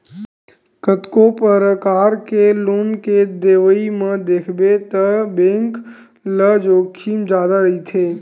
कतको परकार के लोन के देवई म देखबे त बेंक ल जोखिम जादा रहिथे